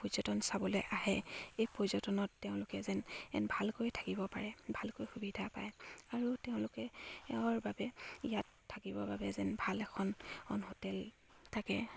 পৰ্যটন চাবলৈ আহে এই পৰ্যটনত তেওঁলোকে যেন এন ভালকৈ থাকিব পাৰে ভালকৈ সুবিধা পায় আৰু তেওঁলোকৰ বাবে ইয়াত থাকিবৰ বাবে যেন ভাল এখন হোটেল থাকে